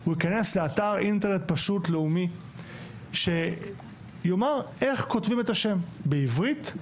הוא ייכנס לאתר אינטרנט פשוט לאומי שיאמר איך כותבים את השם בעברית,